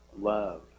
love